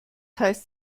heißt